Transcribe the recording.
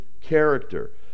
character